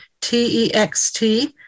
T-E-X-T